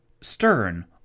stern